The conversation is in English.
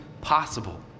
possible